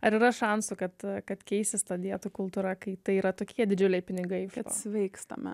ar yra šansų kad kad keisis ta dietų kultūra kai tai yra tokie didžiuliai pinigai kad sveikstame